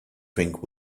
think